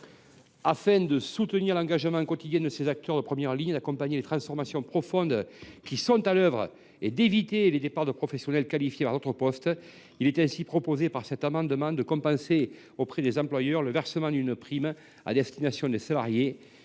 Afin de soutenir l’engagement quotidien de ces acteurs de première ligne, d’accompagner les transformations profondes à l’œuvre et d’éviter les départs de professionnels qualifiés vers d’autres postes, il est proposé, par cet amendement, de compenser auprès des employeurs le versement d’une prime à destination des salariés